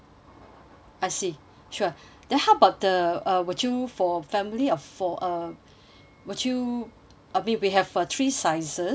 I see sure then how about the uh would you for family of four uh would you I mean we have uh three sizes of the